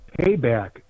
payback